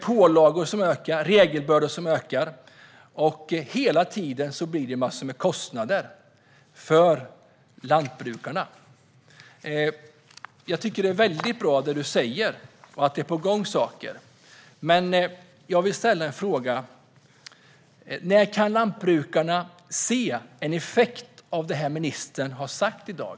Pålagor och regelbördor ökar, och hela tiden blir det en massa kostnader för lantbrukarna. Det är bra det du säger, ministern, och att saker är på gång. Men jag undrar: När kan lantbrukarna se en effekt av det du har sagt i dag?